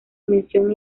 mención